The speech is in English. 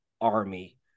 army